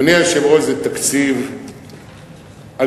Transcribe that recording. אדוני היושב-ראש, זה תקציב עלוב.